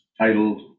titled